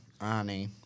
Annie